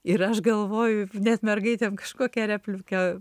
ir aš galvoju net mergaitėm kažkokią repliką